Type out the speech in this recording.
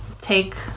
take